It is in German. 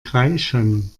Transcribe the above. kreischen